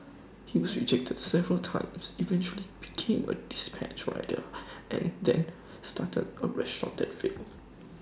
he was rejected several times eventually became A dispatch rider and then started A restaurant that failed